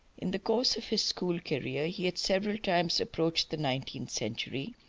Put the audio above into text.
in the course of his school career he had several times approached the nineteenth century,